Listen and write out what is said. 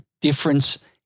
difference